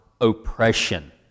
oppression